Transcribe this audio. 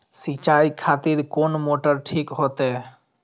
सीचाई खातिर कोन मोटर ठीक होते?